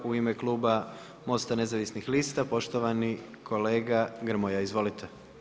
U ime kluba MOST-a nezavisnih lista poštovani kolega Grmoja, izvolite.